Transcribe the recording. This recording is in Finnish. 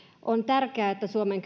on tärkeää että suomen